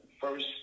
first